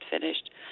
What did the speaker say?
finished